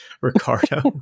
ricardo